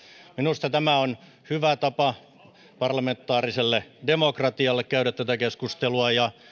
minusta tämä on hyvä tapa parlamentaariselle demokratialle käydä tätä keskustelua ja